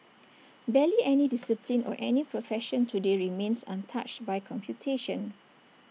barely any discipline or any profession today remains untouched by computation